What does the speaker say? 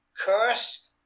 curse